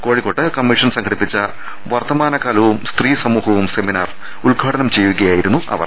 കോഴിക്കോട്ട് കമ്മീഷൻ സംഘടിപ്പിച്ച വർത്തമാന കാലവും സ്ത്രീ സ്മൂഹവും സെമിനാർ ഉദ്ഘാടനം ചെയ്യുകയായിരുന്നു അവർ